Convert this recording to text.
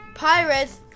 Pirates